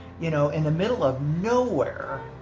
you know in the middle of nowhere.